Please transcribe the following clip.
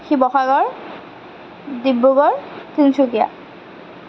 Sivasagar Dibrugarh Tinsukia